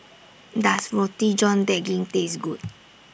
Does Roti John Daging Taste Good